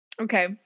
Okay